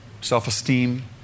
Self-esteem